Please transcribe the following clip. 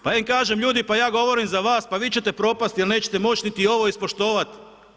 Pa ja im kažem, ljudi pa ja govorim za vas, pa vi ćete propasti jer nećete moći niti ovo ispoštovati.